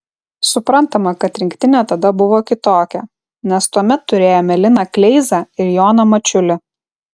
suprantama kad rinktinė tada buvo kitokia nes tuomet turėjome liną kleizą ir joną mačiulį